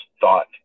thought